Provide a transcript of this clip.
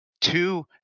two